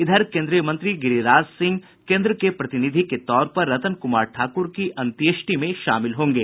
इधर केन्द्रीय मंत्री गिरिराज सिंह केन्द्र के प्रतिनिधि के तौरपर रतन कुमार ठाकुर की अंत्येष्टि में शामिल होंगे